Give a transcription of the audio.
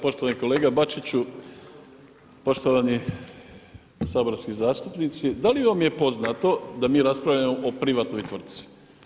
Poštovani kolega Bačiću, poštovani saborski zastupnici, da li vam je poznato da mi raspravljamo o privatnoj tvrtci?